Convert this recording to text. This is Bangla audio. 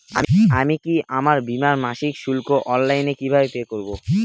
আমি কি আমার বীমার মাসিক শুল্ক অনলাইনে কিভাবে পে করব?